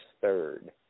third